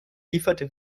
lieferte